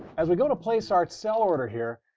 as we go to place our sell order here,